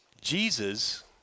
Jesus